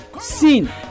Sin